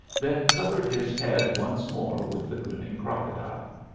then covered his head once more with the grinning crocodile.